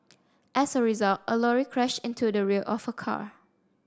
as a result a lorry crashed into the rear of her car